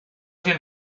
sin